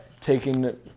taking